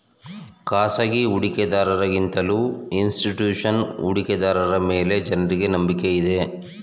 ಖಾಸಗಿ ಹೂಡಿಕೆದಾರರ ಗಿಂತಲೂ ಇನ್ಸ್ತಿಟ್ಯೂಷನಲ್ ಹೂಡಿಕೆದಾರರ ಮೇಲೆ ಜನರಿಗೆ ನಂಬಿಕೆ ಇದೆ